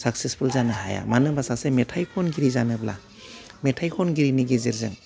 successful जानो हाया मानो होमबा सासे मेथाइ खनगिरि जानोब्ला मेथाइ खनगिरिनि गेजेरजों